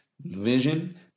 vision